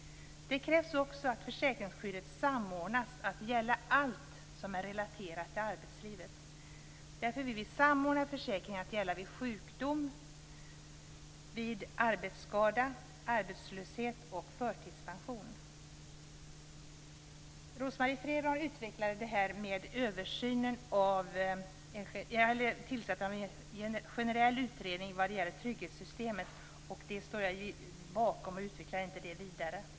Det krävs också att försäkringsskyddet samordnas till att gälla allt som är relaterat till arbetslivet. Därför vill vi samordna försäkringen till att gälla vid sjukdom, arbetsskada, arbetslöshet och förtidspension. Rose-Marie Frebran har utvecklat detta med tillsättandet av en generell utredning vad det gäller trygghetssystemet, och det står jag bakom och utvecklar inte vidare.